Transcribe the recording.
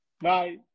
bye